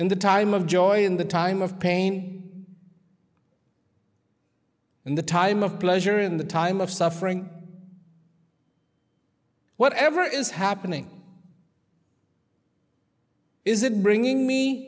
in the time of joy in the time of pain and the time of pleasure in the time of suffering whatever is happening isn't bringing me